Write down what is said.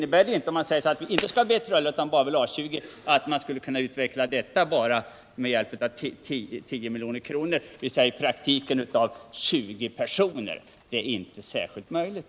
Men om man inte skall ha BLA utan slopar detta plan kan man inte utveckla A 20 enbart med hjälp av 10 milj.kr. —- i praktiken 20 personer. Det är inte möjligt.